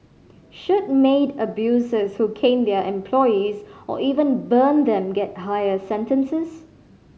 should maid abusers who cane their employees or even burn them get higher sentences